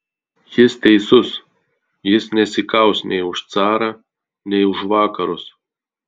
jis teisus jis nesikaus nei už carą nei už vakarus